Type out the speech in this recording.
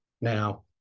now